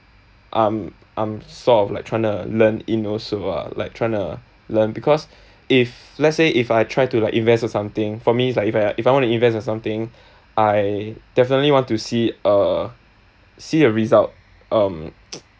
I'm I'm sort of like trying to learn in also ah like trying to learn because if let's say if I try to like invest or something for me it's like if I if I wanna invest in something I definitely want to see a see a result um